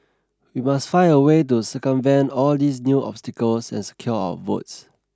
we must find a way to circumvent all these new obstacles and secure our votes